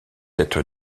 être